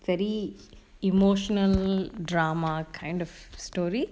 very emotional drama kind of story